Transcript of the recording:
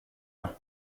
jag